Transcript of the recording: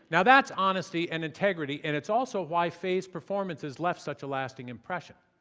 and that's honesty and integrity, and it's also why fey's performances left such a lasting impression.